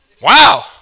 Wow